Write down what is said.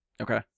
Okay